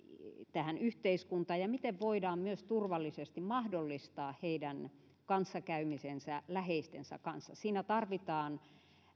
tähän yhteiskuntaan ja miten voidaan myös turvallisesti mahdollistaa heidän kanssakäymisensä läheistensä kanssa siinä tarvitaan